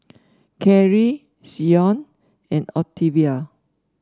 Carry Coen and Octavio